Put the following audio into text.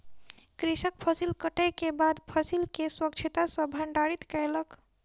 कृषक फसिल कटै के बाद फसिल के स्वच्छता सॅ भंडारित कयलक